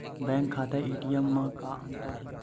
Bank खाता ATM मा का अंतर हे?